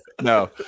No